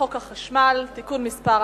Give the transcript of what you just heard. חוק הטבות למשפחות אומנה (תיקוני חקיקה)